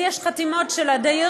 לי יש חתימות של הדיירים,